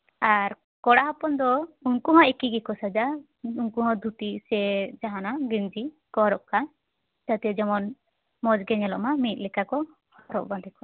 ᱟᱨ ᱠᱚᱲᱟ ᱦᱚᱯᱚᱱ ᱫᱚ ᱩᱱᱠᱩ ᱦᱚᱸ ᱮᱠᱤᱭ ᱜᱮᱠᱚ ᱥᱟᱡᱟᱜᱼᱟ ᱩᱱᱠᱩ ᱦᱚᱸ ᱫᱷᱩᱛᱤ ᱥᱮ ᱡᱟᱦᱟᱱᱟᱜ ᱜᱮᱧᱡᱤ ᱠᱚ ᱦᱚᱨᱚᱜ ᱠᱟᱜᱼᱟ ᱡᱟᱛᱮ ᱡᱮᱢᱚᱱ ᱢᱚᱸᱡ ᱜᱮ ᱧᱮᱞᱚᱜ ᱢᱟ ᱢᱤᱫ ᱞᱮᱠᱟ ᱠᱚ ᱦᱚᱨᱚᱜ ᱵᱟᱸᱫᱮ ᱠᱚᱜᱼᱟ